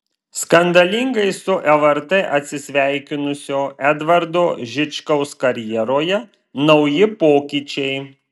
skandalingai su lrt atsisveikinusio edvardo žičkaus karjeroje nauji pokyčiai